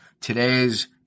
Today's